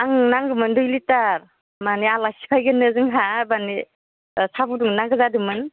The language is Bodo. आंनो नांगौमोन दुइ लिटार माने आलासि फैगोननो जोंहा माने साहा फुदुंनो नांगो जादोंमोन